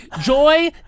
Joy